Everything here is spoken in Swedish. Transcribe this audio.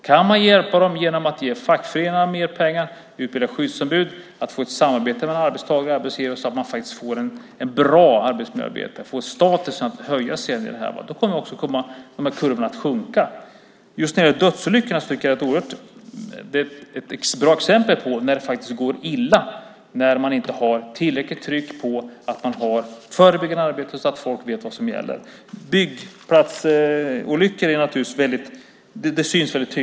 Kan man hjälpa dem genom att ge fackföreningarna mer pengar, utbilda skyddsombud och få ett samarbete mellan arbetstagare och arbetsgivare så att man faktiskt får ett bra arbetsmiljöarbete och får statusen att höjas kommer också de här kurvorna att sjunka. Dödsolyckorna tycker jag är ett bra exempel på att det faktiskt går illa när man inte har tillräckligt tryck på att det ska finnas förebyggande arbete så att folk vet vad som gäller. Byggplatsolyckor syns naturligtvis väldigt tydligt.